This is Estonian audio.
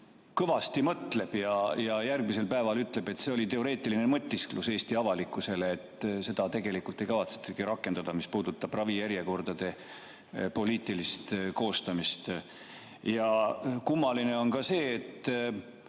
kõvasti mõtleb ja järgmisel päeval ütleb, et see oli teoreetiline mõtisklus Eesti avalikkusele ja seda tegelikult ei kavatsetagi rakendada, mis puudutab ravijärjekordade poliitilist koostamist. Kummaline on ka see, et